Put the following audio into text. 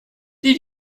die